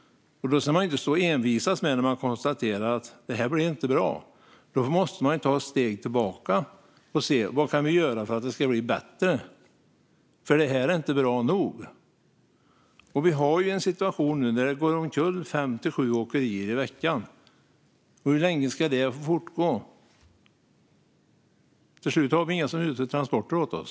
När man har konstaterat att det inte blev bra ska man inte stå och envisas. Man måste ta ett steg tillbaka och se vad man kan göra för att det ska bli bättre. Det här är inte bra nog. Nu har vi en situation där fem till sju åkerier går omkull i veckan. Hur länge ska det fortgå? Till slut har vi inga som sköter transporter åt oss.